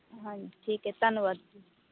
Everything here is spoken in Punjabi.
ਹਾਂਜੀ ਠੀਕ ਹੈ ਧੰਨਵਾਦ ਜੀ